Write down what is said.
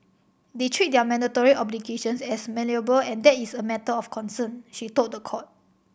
they treat their mandatory obligations as malleable and that is a matter of concern she told the court